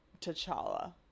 T'Challa